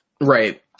Right